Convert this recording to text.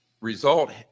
result